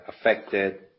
affected